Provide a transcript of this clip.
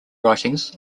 writings